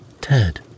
Ted